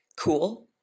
Cool